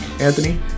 Anthony